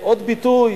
עוד ביטוי